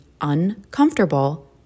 uncomfortable